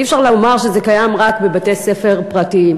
אי-אפשר לומר שזה קיים רק בבתי-ספר פרטיים.